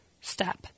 step